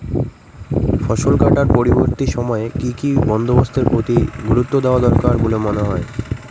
ফসলকাটার পরবর্তী সময়ে কি কি বন্দোবস্তের প্রতি গুরুত্ব দেওয়া দরকার বলে মনে হয়?